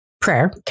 prayer